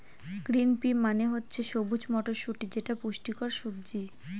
green pea মানে হচ্ছে সবুজ মটরশুটি যেটা পুষ্টিকর সবজি